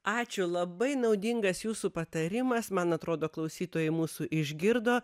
ačiū labai naudingas jūsų patarimas man atrodo klausytojai mūsų išgirdo